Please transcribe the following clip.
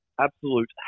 absolute